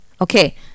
okay